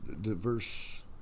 diverse